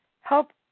help